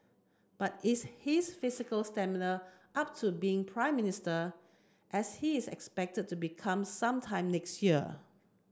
but is his physical stamina up to being Prime Minister as he is expected to become some time next year